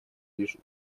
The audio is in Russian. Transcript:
лишь